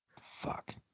Fuck